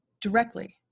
directly